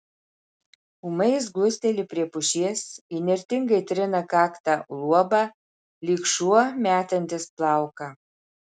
ūmai jis glusteli prie pušies įnirtingai trina kakta luobą lyg šuo metantis plauką